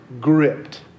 gripped